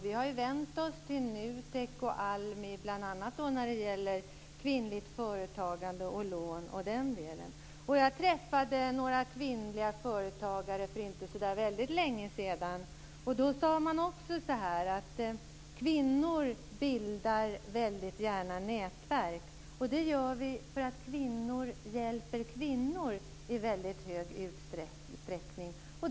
Vi har vänt oss till NUTEK och ALMI bl.a. när det gäller kvinnligt företagande och lån. Jag träffade några kvinnliga företagare för inte så länge sedan, och då sade man också att kvinnor väldigt gärna bildar nätverk. Det gör vi därför att kvinnor hjälper kvinnor i väldigt stor utsträckning.